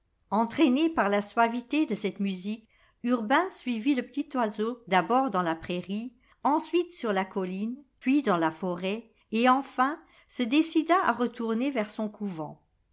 entraîné par la suavité de cette musique urbain suivit le petit oiseau d'abord dans la prairie ensuite sur la colline puis dans la forêt et enfin se décida à retourner vers son couvent